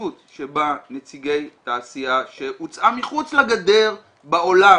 שהמציאות שבה נציגי תעשיה שהוצאה מחוץ לגדר בעולם,